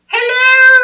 Hello